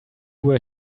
were